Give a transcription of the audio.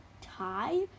tie